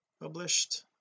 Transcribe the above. published